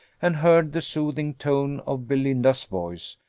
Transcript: and heard the soothing tone of belinda's voice,